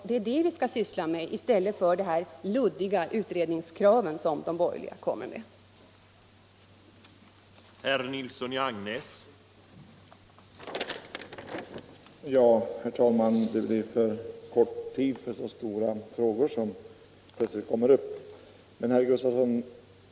Det är det vi skall syssla med i stället för med utredningar som de borgerliga talar om i sina luddiga krav.